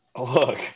Look